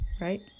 right